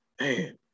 man